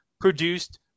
produced